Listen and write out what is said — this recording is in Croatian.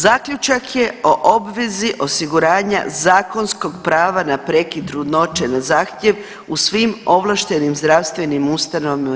Zaključak je o obvezi osiguranja zakonskog prava na prekid trudnoće na zahtjev u svim ovlaštenim zdravstvenim ustanovama u RH.